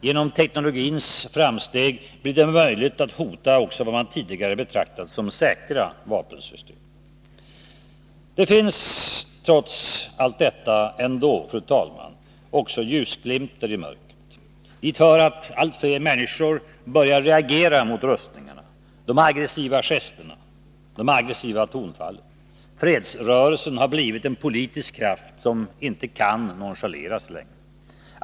Genom teknologins framsteg blir det möjligt att hota också vad man tidigare betraktat som säkra vapensystem. Det finns trots allt också ljusglimtar i detta mörker. Dit hör att allt fler människor börjar reagera mot rustningarna, de aggressiva gesterna och tonfallen. Fredsrörelsen har blivit en politisk kraft som inte kan nonchaleras.